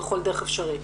בכל דרך אפשרית.